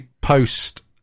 post